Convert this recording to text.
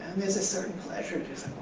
there's a certain pleasure just